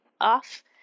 off